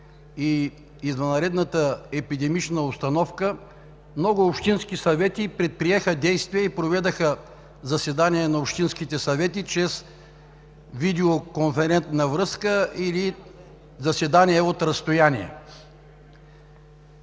и извънредната епидемична обстановка много общински съвети предприеха действия и проведоха заседания на общинските съвети чрез видеоконферентна връзка или заседания от разстояние.